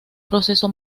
proceso